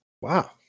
Wow